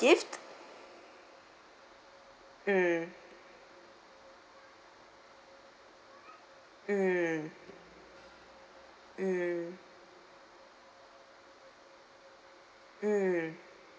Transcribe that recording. mm mm mm mm